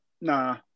Nah